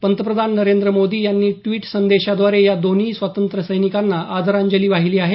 पंतप्रधान नरेंद्र मोदी यांनी द्विट संदेशाद्वारे या दोन्ही स्वातंत्र्यसैनिकांना आदरांजली वाहिली आहे